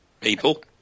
People